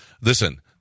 listen